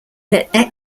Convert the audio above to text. let